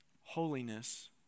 holiness